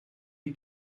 die